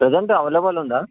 present available ఉందా